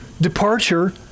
departure